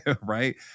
Right